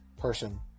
person